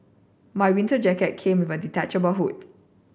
my winter jacket came with a detachable hood